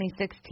2016